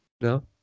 no